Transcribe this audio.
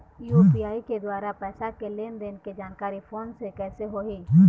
UPI के द्वारा पैसा के लेन देन के जानकारी फोन से कइसे होही?